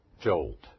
jolt